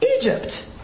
Egypt